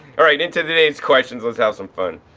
alright, into today's questions, let's have some fun.